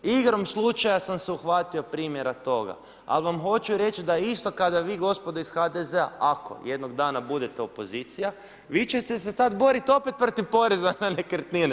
Igrom slučaja sam se uhvatio primjera toga, ali vam hoću reći da isto kada vi gospodo iz HDZ-a ako jednog dana budete opozicija vi ćete se tad boriti opet protiv poreza na nekretnine.